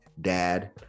dad